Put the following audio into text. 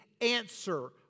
answer